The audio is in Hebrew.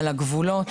על הגבולות.